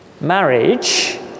marriage